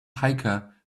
hiker